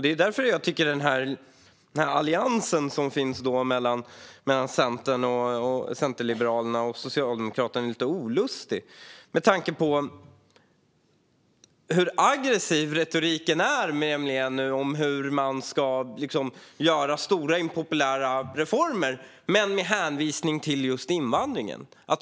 Det är därför jag tycker att den allians som finns mellan Centern, Liberalerna och Socialdemokraterna är lite olustig med tanke på hur aggressiv retoriken är när man nu ska införa stora impopulära reformer med hänvisning till just invandringen.